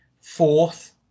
fourth